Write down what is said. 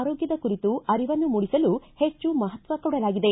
ಆರೋಗ್ಯದ ಕುರಿತು ಅರಿವನ್ನು ಮೂಡಿಸಲು ಹೆಚ್ಚು ಮಹತ್ವ ಕೊಡಲಾಗಿದೆ